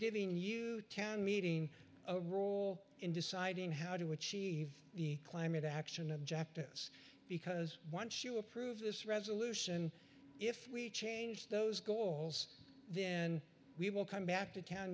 giving you can meeting a role in deciding how to achieve the climate action object is because once you approve this resolution if we change those goals then we will come back to town